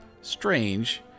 Strange